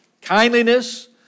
kindliness